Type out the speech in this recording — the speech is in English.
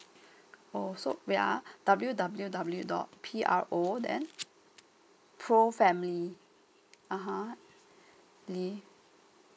oh so wait ah W W W dot P R O then pro family (uh huh) leave